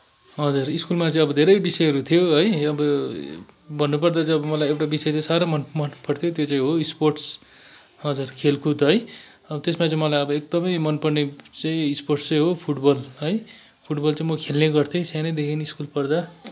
हजुर स्कुलमा चाहिँ अब धेरै विषयहरू थियो है अब भन्नपर्दा चाहिँ अब मलाई एउटा विषय चाहिँ साह्रै मन मनपर्थ्यो त्यो चाहिँ हो स्पोर्ट्स हजुर खेलकुद है अब त्यसमा चाहिँ अब मलाई एकदमै मनपर्ने चाहिँ स्पोर्ट्स चाहिँ हो फुटबल फुटबल चाहिँ म खेल्ने गर्थेँ सानैदेखि स्कुल पढ्दा